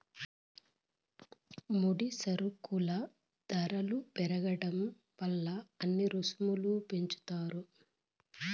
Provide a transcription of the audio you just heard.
ముడి సరుకుల ధరలు పెరగడం వల్ల అన్ని రుసుములు పెంచుతారు